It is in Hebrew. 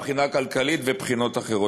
מבחינה כלכלית ומבחינות אחרות.